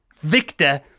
Victor